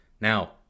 Now